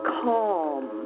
calm